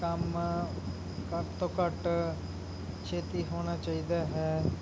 ਕੰਮ ਘੱਟ ਤੋਂ ਘੱਟ ਛੇਤੀ ਹੋਣਾ ਚਾਹੀਦਾ ਹੈ